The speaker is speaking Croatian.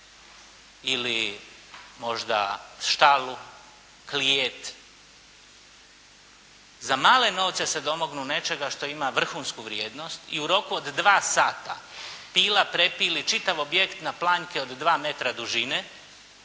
ili možda štalu, klijet. Za male novce se domognu nečega što ima vrhunsku vrijednosti i u roku od 2 sata, pila prepili čitav objekt na planjke od 2 metra dužine